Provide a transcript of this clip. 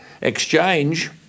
exchange